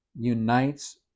unites